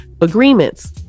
agreements